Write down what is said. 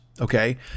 Okay